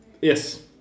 Yes